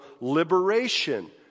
liberation